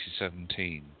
2017